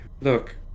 Look